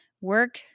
work